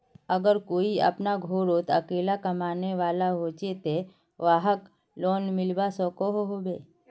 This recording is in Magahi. अगर कोई अपना घोरोत अकेला कमाने वाला होचे ते वाहक लोन मिलवा सकोहो होबे?